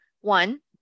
one